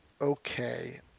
okay